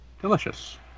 Delicious